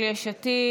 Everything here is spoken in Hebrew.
איזנקוט,